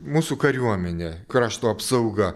mūsų kariuomenė krašto apsauga